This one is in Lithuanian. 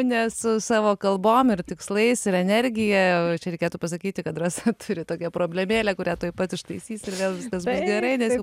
nes su savo kalbom ir tikslais ir energija čia reikėtų pasakyti kad rasa turi tokią problemėlę kurią tuoj pat ištaisys ir vėl viskas bus gerai nes jau